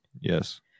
Yes